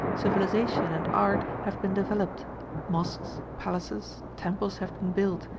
civilization and art have been developed mosques, palaces, temples have been built,